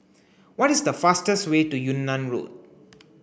what is the fastest way to Yunnan Road